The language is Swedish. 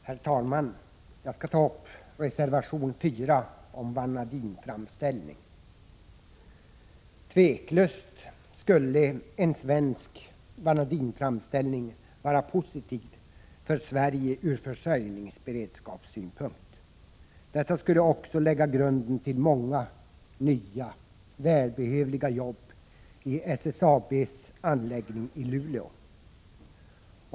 Herr talman! Jag skall ta upp reservation 4 om vanadinframställning. Tveklöst skulle en svensk vanadinframställning vara positiv för Sverige ur försörjningsberedskapssynpunkt. En sådan framställning skulle lägga grunden till många nya välbehövliga jobb i SSAB:s anläggning i Luleå.